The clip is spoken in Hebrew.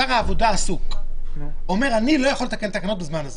שר העבודה עסוק ואומר: אני לא יכול לתקן תקנות בזמן הזה.